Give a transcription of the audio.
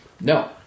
No